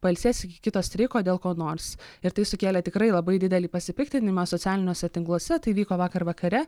pailsės iki kito streiko dėl ko nors ir tai sukėlė tikrai labai didelį pasipiktinimą socialiniuose tinkluose tai vyko vakar vakare